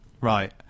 Right